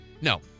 No